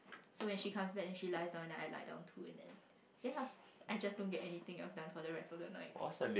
so when she comes back and then she lies down and I lie down too ya I just don't anything else done for the rest of the night